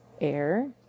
air